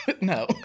No